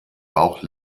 bauch